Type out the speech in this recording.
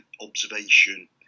observation